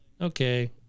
okay